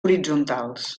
horitzontals